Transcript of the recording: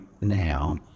now